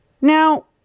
Now